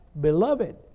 beloved